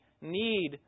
need